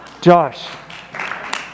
Josh